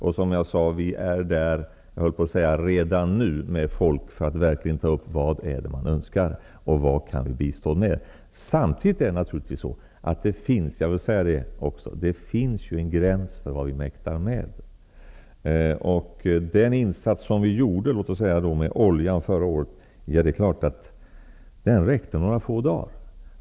Vi har folk där redan nu för att ta reda på vad som verkligen önskas och vad vi kan bistå med. Men det finns en gräns för vad vi mäktar med. Den insats vi gjorde förra året, med oljan, räckte några få dagar.